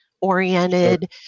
oriented